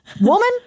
woman